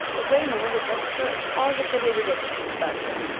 the way marilla dresses her is positively ridiculous, that's what,